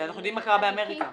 מה קרה באמריקה.